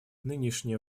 нынешняя